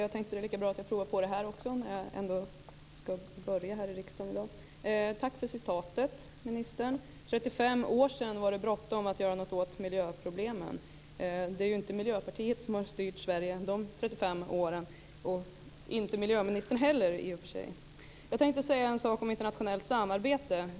Fru talman! Det är lika bra att jag provar på det här med repliker också när jag nu börjar här i riksdagen i dag. Tack för citatet, ministern! För 35 år sedan var det bråttom att göra något åt miljöproblemen. Det är inte Miljöpartiet som har styrt Sverige de 35 åren - i och för sig inte heller miljöministern. Jag tänkte säga en sak om internationellt samarbete.